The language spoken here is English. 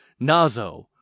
Nazo